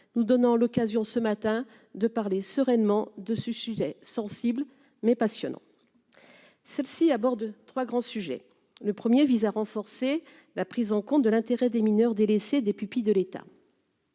nous donnant l'occasion ce matin de parler sereinement de ce sujet sensible mais passionnant, celle-ci à bord de 3 grands sujets : le 1er vise à renforcer la prise en compte de l'intérêt des mineurs, délaissée des pupilles de l'État.